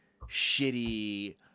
shitty